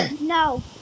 No